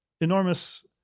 enormous